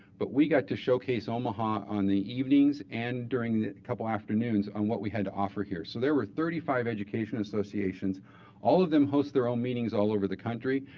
but we got to showcase omaha on the evenings and during a couple afternoons on what we had to offer here. so there were thirty five education associations all of them host their own meetings all over the country.